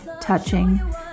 touching